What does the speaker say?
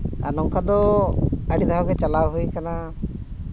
ᱟᱨ ᱱᱚᱝᱠᱟ ᱫᱚ ᱟᱹᱰᱤ ᱫᱷᱟᱣ ᱜᱮ ᱪᱟᱞᱟᱣ ᱦᱩᱭ ᱠᱟᱱᱟ